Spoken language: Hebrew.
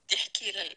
תודה.